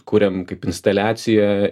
kuriam kaip instaliaciją